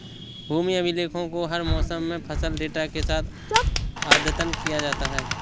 भूमि अभिलेखों को हर मौसम में फसल डेटा के साथ अद्यतन किया जाता है